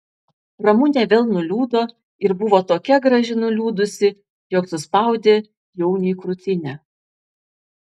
ramunė vėl nuliūdo ir buvo tokia graži nuliūdusi jog suspaudė jauniui krūtinę